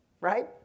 right